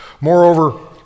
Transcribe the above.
Moreover